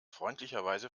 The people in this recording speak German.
freundlicherweise